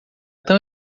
tão